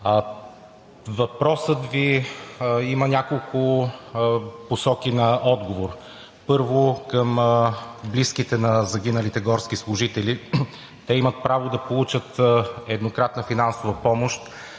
Въпросът Ви има няколко посоки на отговор: първо, към близките на загиналите горски служители. Те имат право да получат еднократна финансова помощ